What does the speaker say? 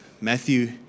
Matthew